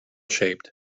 shaped